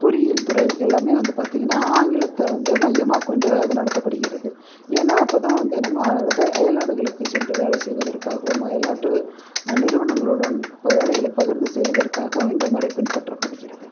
பொறியியல் துறை எல்லாமே வந்து பார்த்திங்கன்னா ஆங்கிலத்தை வந்து மையமாக கொண்டு அது நடத்தப்படுகிறது ஏன்னா அப்போதான் வந்து நம்ம அயல்நாடுகளுக்கு சென்று வேலை செய்வதற்காகவும் அயல்நாட்டு நிறுவனங்களுடன் அப்போ வேலைகளை பகிர்ந்து செய்வதற்காகவும் இந்த முறை பின்பற்றப்படுகிறது